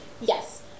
Yes